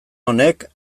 honek